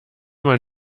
man